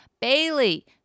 Bailey